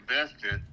invested